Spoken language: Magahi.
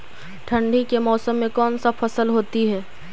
ठंडी के मौसम में कौन सा फसल होती है?